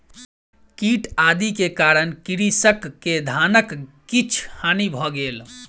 कीट आदि के कारण कृषक के धानक किछ हानि भ गेल